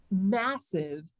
massive